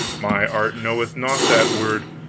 my art knoweth not that word.